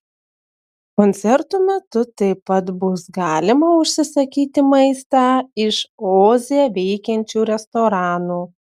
koncertų metu taip pat bus galima užsisakyti maistą iš oze veikiančių restoranų